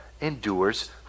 endures